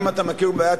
אם אתה מכיר בבעיה,